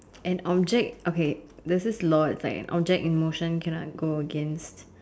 an object okay this is law its like an object in motion cannot unto against